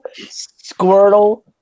Squirtle